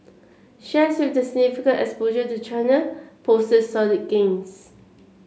shares with the significant exposure to China posted solid gains